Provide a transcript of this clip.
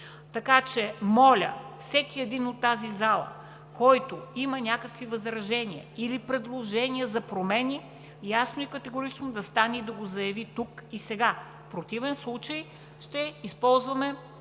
бързо. Моля всеки един от тази зала, който има някакви възражения или предложения за промени, ясно и категорично да стане и да го заяви тук и сега. В противен случай, ще Ви предложа